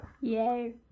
Yay